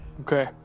Okay